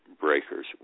breakers